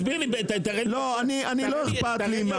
תסביר לי, תראה לי.